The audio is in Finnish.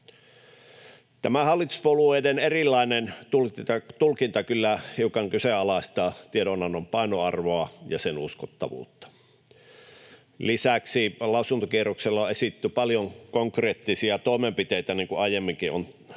Tämä hallituspuolueiden erilainen tulkinta kyllä hiukan kyseenalaistaa tiedonannon painoarvoa ja sen uskottavuutta. Lisäksi lausuntokierroksella on esitetty ohjelmaan paljon konkreettisia toimenpiteitä, niin kuin aiemminkin on